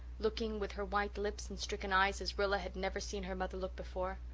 looking, with her white lips and stricken eyes, as rilla had never seen her mother look before,